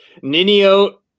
Ninio